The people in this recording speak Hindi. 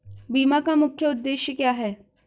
बीमा का मुख्य उद्देश्य क्या है?